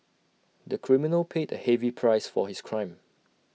the criminal paid A heavy price for his crime